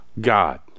God